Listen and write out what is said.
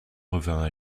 revint